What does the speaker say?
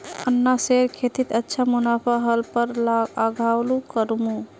अनन्नासेर खेतीत अच्छा मुनाफा ह ल पर आघुओ करमु